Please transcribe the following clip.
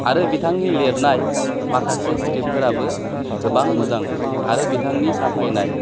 आरो बिथांनि लिरनाय माखासे स्क्रिप्ट फोराबो गोबां मोजांमोन आरो बिथांनि साफायनाय